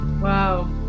wow